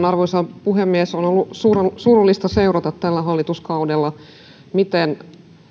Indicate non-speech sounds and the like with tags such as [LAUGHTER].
[UNINTELLIGIBLE] arvoisa puhemies on ollut surullista seurata tällä hallituskaudella miten